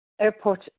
airport